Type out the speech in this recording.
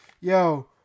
Yo